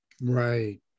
right